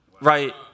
right